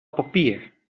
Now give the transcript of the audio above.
papier